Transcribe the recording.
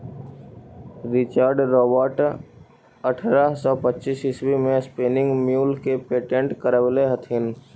Richard Robert अट्ठरह सौ पच्चीस ईस्वी में स्पीनिंग म्यूल के पेटेंट करवैले हलथिन